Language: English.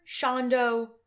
Shondo